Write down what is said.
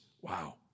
Wow